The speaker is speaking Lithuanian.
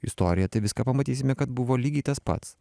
istoriją tai viską pamatysime kad buvo lygiai tas pats